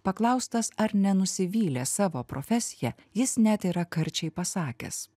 paklaustas ar nenusivylė savo profesija jis net yra karčiai pasakęs